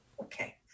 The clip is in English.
Okay